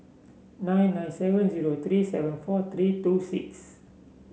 nine nine seven zero three seven four three two six